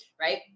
right